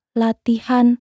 latihan